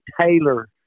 Taylor